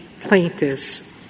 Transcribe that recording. plaintiffs